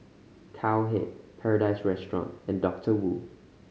Cowhead Paradise Restaurant and Doctor Wu